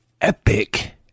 epic